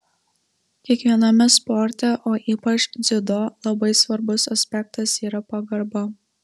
kiekviename sporte o ypač dziudo labai svarbus aspektas yra pagarba